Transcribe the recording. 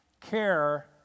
care